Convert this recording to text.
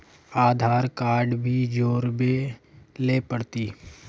आधार card भी जोरबे ले पड़ते?